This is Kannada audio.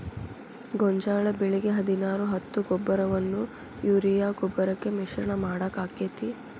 ಗೋಂಜಾಳ ಬೆಳಿಗೆ ಹದಿನಾರು ಹತ್ತು ಗೊಬ್ಬರವನ್ನು ಯೂರಿಯಾ ಗೊಬ್ಬರಕ್ಕೆ ಮಿಶ್ರಣ ಮಾಡಾಕ ಆಕ್ಕೆತಿ?